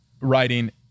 writing